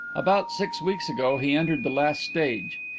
about six weeks ago he entered the last stage.